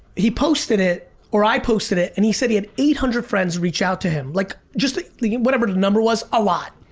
he posted it or i posted it, and he said he had eight hundred friends reach out to him. like, just whatever the number was a lot.